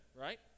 Right